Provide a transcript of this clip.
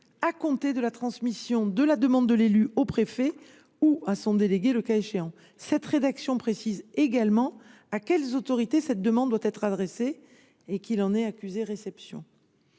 à compter de la transmission de la demande de l’élu au préfet ou à son délégué, le cas échéant. Cette rédaction précise également à quelles autorités cette demande doit être adressée, et qu’il en est accusé réception.